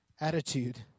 attitude